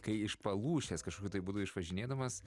kai iš palūšės kažkokiu tai būdu išvažinėdamas